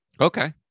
Okay